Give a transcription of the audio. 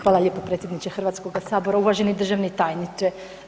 Hvala lijepo predsjedniče HS-a, uvaženi državni tajniče.